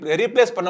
replace